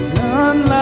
none